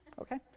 Okay